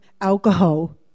alcohol